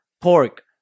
pork